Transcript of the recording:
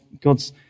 God's